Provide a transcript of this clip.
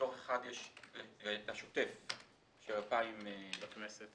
יש את הדוח השוטף של 2018. לכנסת.